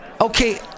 Okay